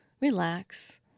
relax